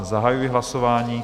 Zahajuji hlasování.